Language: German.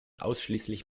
ausschließlich